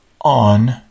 on